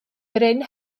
gryn